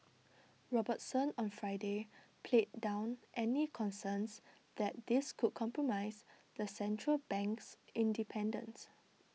Robertson on Friday played down any concerns that this could compromise the Central Bank's Independence